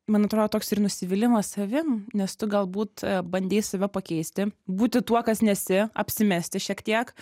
man atrodo toks ir nusivylimas savim nes tu galbūt bandei save pakeisti būti tuo kas nesi apsimesti šiek tiek